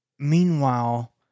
Meanwhile